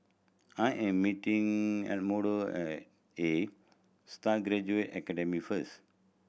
I am meeting Arnoldo at Astar Graduate Academy first